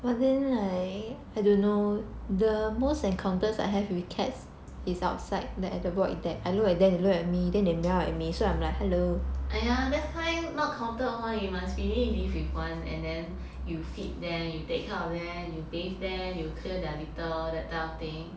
!aiya! that kind not counted [one] you must really live with one and then you feed them you take care of them you bathe them you clear their litter that type of thing